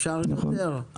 אפשר יותר.